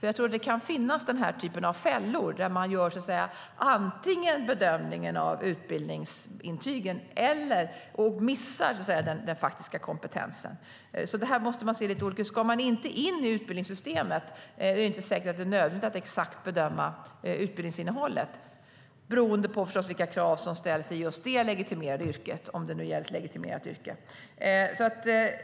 Jag tror att det kan finnas fällor av den här typen - att man bedömer utbildningsintygen och missar den faktiska kompetensen. Ska man inte in i utbildningssystemet är det inte säkert att det är nödvändigt att exakt bedöma utbildningsinnehållet. Om det gäller ett legitimerat yrke beror det förstås på vilka krav som ställs i just det legitimerade yrket.